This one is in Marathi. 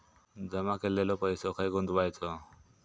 जमा केलेलो पैसो खय गुंतवायचो?